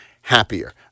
happier